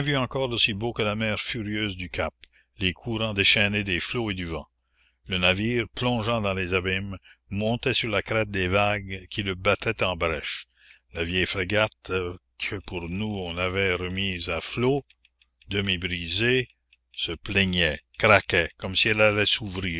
encore d'aussi beau que la mer furieuse du cap les courants déchaînés des flots et du vent le navire plongeant dans les abîmes montait sur la crête des vagues qui le battaient en brèche la vieille frégate que pour nous on avait remise à flots demi brisée se plaignait craquait comme si elle allait s'ouvrir